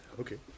Okay